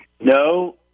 No